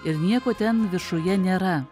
ir nieko ten viršuje nėra